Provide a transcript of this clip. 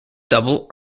double